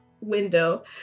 window